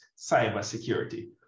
cybersecurity